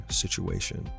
situation